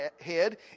head